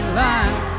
line